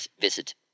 visit